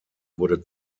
wurde